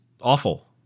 awful